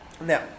Now